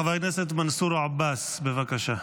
חבר הכנסת מנסור עבאס, בבקשה.